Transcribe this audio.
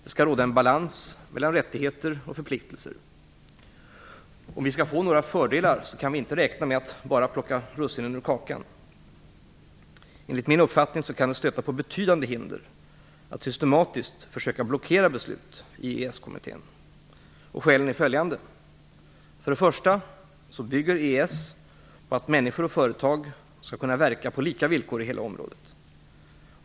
Det skall råda en balans mellan rättigheter och förpliktelser. Om vi skall få några fördelar kan vi inte räkna med att bara plocka russinen ur kakan. Enligt min uppfattning kan det stöta på betydande hinder att systematiskt försöka blockera beslut i EES kommittén. Skälen är följande. För det första bygger EES på att människor och företag skall kunna verka på lika villkor i hela området.